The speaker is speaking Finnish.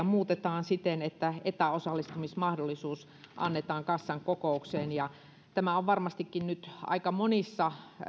muutetaan työttömyyskassalakia siten että annetaan etäosallistumismahdollisuus kassan kokoukseen ja tämä on varmastikin nyt aika monissa